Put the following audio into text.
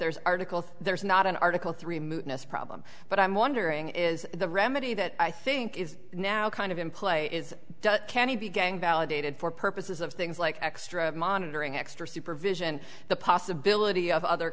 there's article there's not an article three moodiness problem but i'm wondering is the remedy that i think is now kind of in play is can he be gang validated for purposes of things like extra monitoring extra supervision the possibility of other